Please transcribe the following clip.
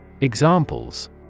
Examples